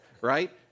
right